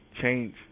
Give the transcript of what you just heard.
Change